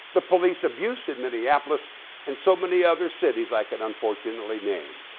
the police abuse in minneapolis and so many other cities i can unfortunately name.